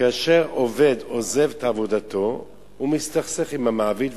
שכאשר עובד עוזב את עבודתו ומסתכסך עם המעביד,